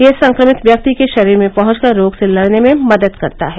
यह संक्रमित व्यक्ति के शरीर में पहुँच कर रोग से लड़ने में मदद करता है